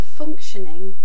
functioning